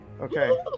Okay